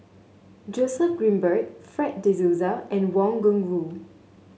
Joseph Grimberg Fred De Souza and Wang Gungwu